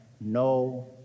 No